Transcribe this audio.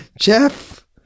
Jeff